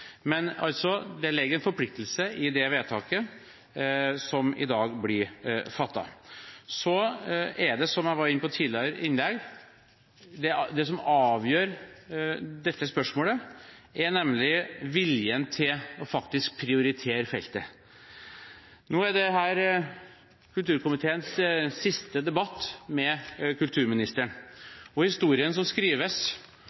Men det ligger en forpliktelse i det vedtaket som i dag blir fattet. Som jeg var inne på i et tidligere innlegg, er det viljen til faktisk å prioritere feltet som avgjør dette spørsmålet. Nå er dette kulturkomiteens siste debatt med